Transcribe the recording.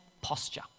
posture